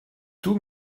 tout